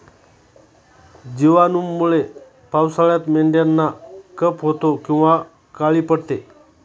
जिवाणूंमुळे पावसाळ्यात मेंढ्यांना कफ होतो किंवा काळी पडते